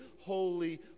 holy